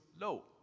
low